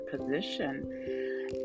position